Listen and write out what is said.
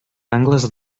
angles